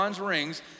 rings